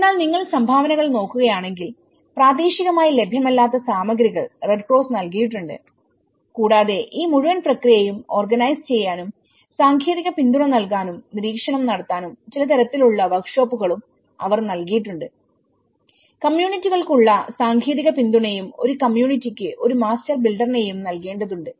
എന്നാൽ നിങ്ങൾ സംഭാവനകൾ നോക്കുകയാണെങ്കിൽ പ്രാദേശികമായി ലഭ്യമല്ലാത്ത സാമഗ്രികൾ റെഡ് ക്രോസ് നൽകിയിട്ടുണ്ട് കൂടാതെ ഈ മുഴുവൻ പ്രക്രിയയും ഓർഗനൈസ് ചെയ്യാനും സാങ്കേതിക പിന്തുണ നൽകാനും നിരീക്ഷണം നടത്താനും ചില തരത്തിലുള്ള വർക്ക്ഷോപ്പുകളും അവർ നൽകിയിട്ടുണ്ട്കമ്മ്യൂണിറ്റികൾക്കുള്ള സാങ്കേതിക പിന്തുണയും ഒരു കമ്മ്യൂണിറ്റിക്ക് ഒരു മാസ്റ്റർ ബിൽഡറിനെയും നൽകേണ്ടതുണ്ട്